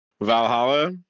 Valhalla